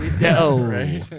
No